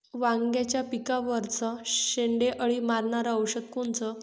वांग्याच्या पिकावरचं शेंडे अळी मारनारं औषध कोनचं?